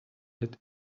had